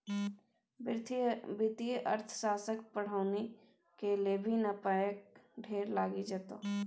वित्तीय अर्थशास्त्रक पढ़ौनी कए लेभी त पायक ढेर लागि जेतौ